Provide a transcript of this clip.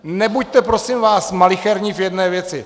Nebuďte prosím vás malicherní v jedné věci.